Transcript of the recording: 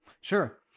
Sure